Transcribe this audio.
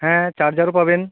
হ্যাঁ চার্জারও পাবেন